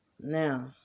Now